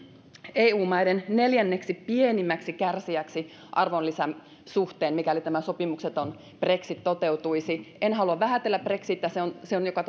eu maiden neljänneksi pienimmäksi kärsijäksi arvonlisäveron suhteen mikäli sopimukseton brexit toteutuisi en halua vähätellä brexitiä se on se on joka